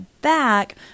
back